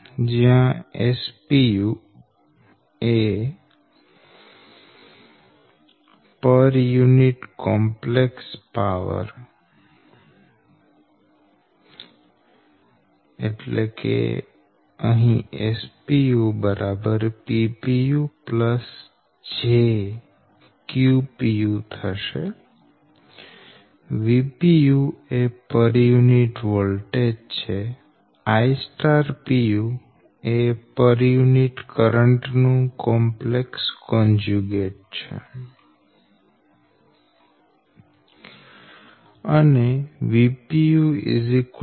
જયાં Spu પર unit complex power Ppu j Qpu Vpu પર યુનિટ વોલ્ટેજ Ipu પર યુનિટ કરંટ નું કોમ્પ્લેક્સ કોન્જ્યુગેટ અને Vpu Zpu